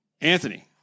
Anthony